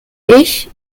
ich